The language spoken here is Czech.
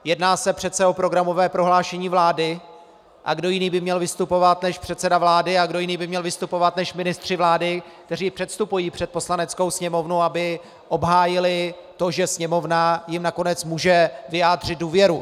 Jedná se přece o programové prohlášení vlády a kdo jiný by měl vystupovat než předseda vlády a kdo jiný by měl vystupovat než ministři vlády, kteří předstupují před Poslaneckou sněmovnu, aby obhájili to, že Sněmovna jim nakonec může vyjádřit důvěru?